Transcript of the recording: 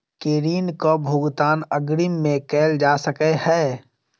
की ऋण कऽ भुगतान अग्रिम मे कैल जा सकै हय?